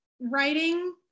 writing